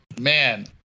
man